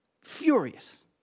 furious